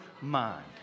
mind